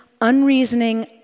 unreasoning